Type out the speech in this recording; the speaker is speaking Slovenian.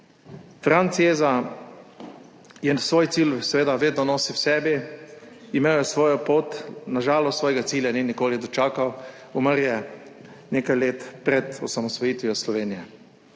Franci Jeza je svoj cilj seveda vedno nosil v sebi, imel je svojo pot, na žalost svojega cilja ni nikoli dočakal, umrl je nekaj let pred osamosvojitvijo Slovenije;